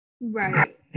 Right